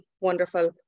wonderful